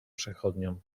przechodniom